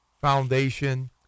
Foundation